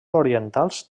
orientals